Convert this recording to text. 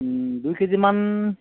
দুই কেজিমান